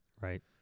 Right